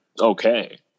okay